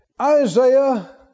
Isaiah